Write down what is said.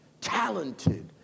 Talented